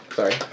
Sorry